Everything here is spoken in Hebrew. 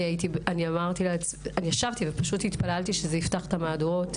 אני ישבתי ופשוט התפללתי שזה יפתח את המהדורות,